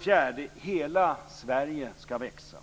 4. Hela Sverige skall växa.